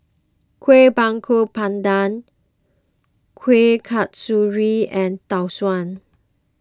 Kueh Bakar Pandan Kuih Kasturi and Tau Suan